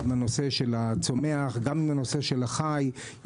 עם הצוות המקצועי,